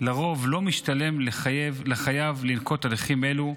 לרוב לא משתלם לחייב לנקוט הליכים אלו,